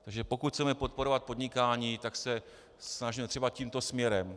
Takže pokud chceme podporovat podnikání, tak se snažme třeba tímto směrem.